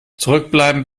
zurückbleiben